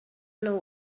nhw